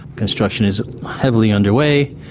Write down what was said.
construction is heavily under way.